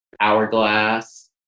Hourglass